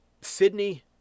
Sydney